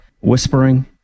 Whispering